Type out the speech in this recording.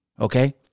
Okay